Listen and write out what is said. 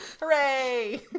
Hooray